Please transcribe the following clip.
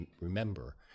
remember